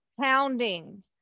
pounding